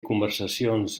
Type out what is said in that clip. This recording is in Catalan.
conversacions